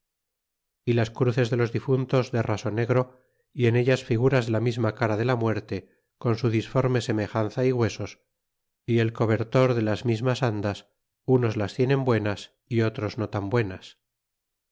y las cruces de los difuntos de raso negro y en ellas figuras de la misma cara de la muerte con su disforme semejanza y huesos y el cobertor de las mismas andas unos las tienen buenas y otros no tan buenas